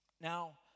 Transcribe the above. Now